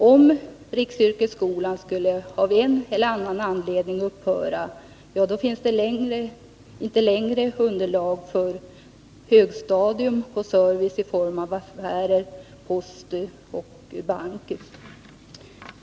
Om riksyrkesskolan av en eller annan anledning skulle upphöra, finns det inte längre underlag för högstadium och service i form av affärer, post och bank.